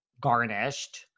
garnished